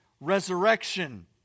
resurrection